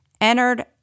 entered